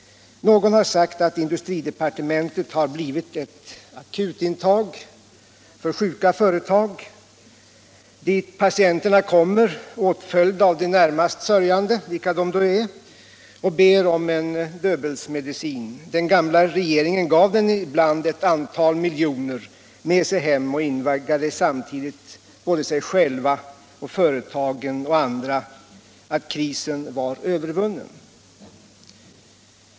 Någon har sagt att industridepartementet har blivit ett akutintag för sjuka företag, dit patienterna kommer åtföljda av de närmast sörjande — vilka de nu är — och ber om en Döbelnsmedicin. Den gamla regeringen gav dem ibland ett antal miljoner med sig hem och invaggade samtidigt både sig själv, företagen och andra i uppfattningen att krisen var övervunnen.